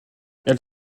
elle